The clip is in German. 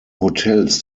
hotels